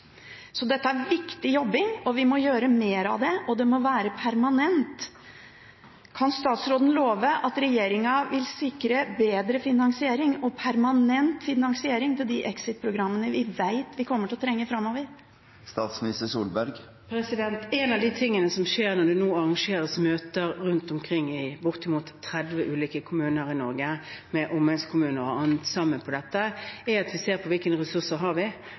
Så dette er viktig jobbing, og vi må gjøre mer av det, og det må være permanent. Kan statsministeren love at regjeringen vil sikre bedre finansiering og permanent finansiering til de exit-programmene vi vet vi kommer til å trenge framover? En av de tingene som skjer, når det nå arrangeres møter rundt omkring i bortimot 30 ulike kommuner i Norge, med omegnskommuner og andre, som er sammen om dette, er at vi ser på hvilke ressurser vi har, hvordan vi